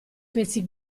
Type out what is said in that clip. pezzi